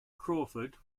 crawford